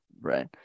Right